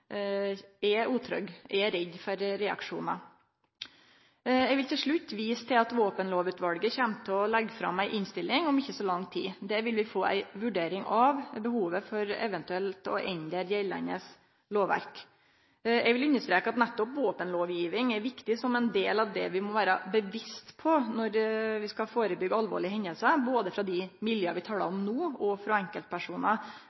for reaksjonar. Eg vil til slutt vise til at våpenlovutvalget kjem til å leggje fram ei innstilling om ikkje så lang tid. Der vil vi få ei vurdering av behovet for eventuelt å endre det gjeldande lovverket. Eg vil understreke at nettopp våpenlovgiving er viktig som ein del av det vi må vere medvitne om når vi skal førebyggje alvorlege hendingar, både frå dei miljøa vi talar